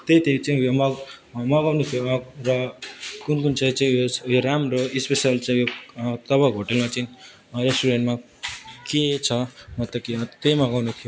त्यही त्यही चाहिँ उयो मग मगाउनु थियो र कुन कुन चाहिँ उयो राम्रो स्पेसल चाहिँ तपाईँको होटलमा चाहिँ रेस्टुरेन्टमा के छ त्यही मगाउनु थियो